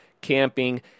camping